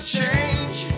change